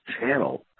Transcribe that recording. channel